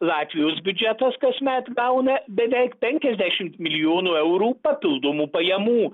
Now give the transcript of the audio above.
latvijos biudžetas kasmet gauna beveik penkiasdešimt milijonų eurų papildomų pajamų